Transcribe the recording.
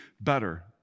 better